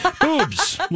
Boobs